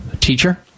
teacher